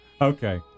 okay